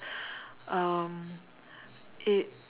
um it